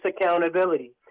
accountability